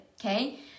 Okay